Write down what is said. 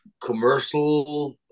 commercial